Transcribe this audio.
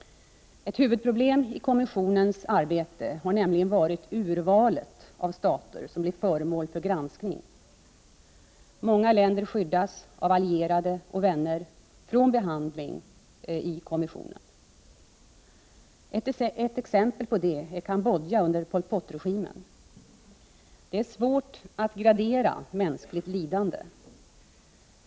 Ett huvudproblem i kommissionens arbete har nämligen varit urvalet av stater som blir föremål för granskning. Många länder skyddas av allierade och vänner från behandling i kommissionen. Ett exempel på det är Kambodja under Pol Pot-regimen. Det är svårt att gradera mänskligt lidande.